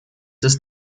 ist